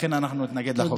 לכן אנחנו נתנגד לחוק הזה.